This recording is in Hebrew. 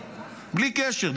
בלי קשר,